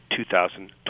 2012